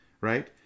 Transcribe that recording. right